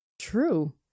True